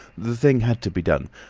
the thing had to be done.